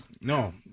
No